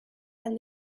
and